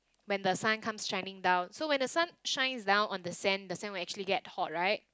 when the sun comes shining down so when the sun shines down on the sand the sand will actually get hot right